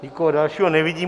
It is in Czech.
Nikoho dalšího nevidím.